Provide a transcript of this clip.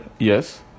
Yes